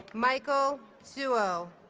michael zuo